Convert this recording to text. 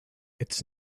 its